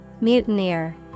Mutineer